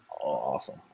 Awesome